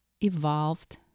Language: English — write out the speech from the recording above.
evolved